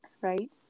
right